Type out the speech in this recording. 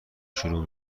شروع